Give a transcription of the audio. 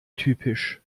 typisch